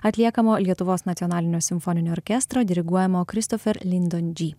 atliekamo lietuvos nacionalinio simfoninio orkestro diriguojamo kristofer lindon džy